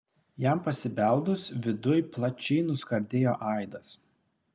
jam pasibeldus viduj plačiai nuskardėjo aidas